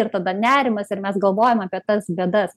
ir tada nerimas ir mes galvojam apie tas bėdas